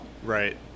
Right